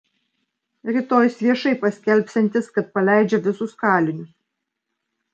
rytoj jis viešai paskelbsiantis kad paleidžia visus kalinius